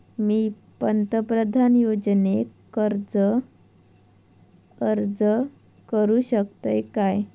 मी पंतप्रधान योजनेक अर्ज करू शकतय काय?